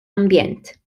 ambjent